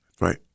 right